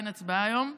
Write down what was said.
אין הצבעה היום,